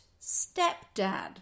stepdad